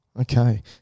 Okay